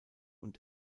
und